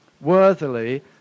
worthily